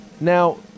now